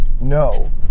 no